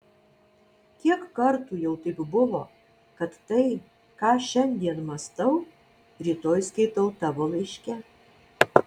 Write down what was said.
kiek kartų jau taip buvo kad tai ką šiandien mąstau rytoj skaitau tavo laiške